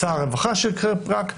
שר הרווחה שיחרר פקק.